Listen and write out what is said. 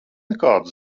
nekādu